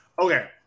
Okay